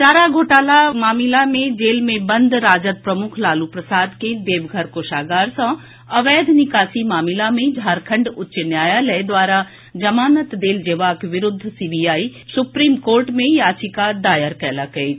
चारा घोटालाक मामिला मे जेल मे बंद राजद प्रमुख लालू प्रसाद के देवघर कोषागार सँ अवैध निकासी मामिला मे झारखंड उच्च न्यायालय द्वारा जमानत देल जेबाक विरूद्ध सीबीआई सुप्रीम कोर्ट मे याचिका दायर कयलक अछि